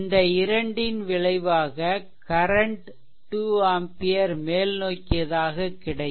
இந்த இரண்டின் விளைவாக கரன்ட் 2 ஆம்பியர் மேல்நோக்கியதாக கிடைக்கும்